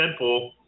Deadpool